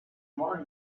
more